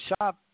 shop